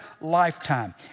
lifetime